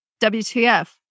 WTF